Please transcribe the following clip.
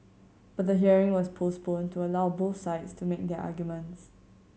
but the hearing was postponed to allow both sides to make their arguments